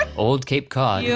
old cape cod, yeah